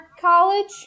College